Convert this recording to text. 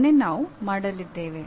ಅದನ್ನೇ ನಾವು ಮಾಡಲಿದ್ದೇವೆ